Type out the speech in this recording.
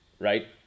right